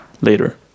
later